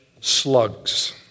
slugs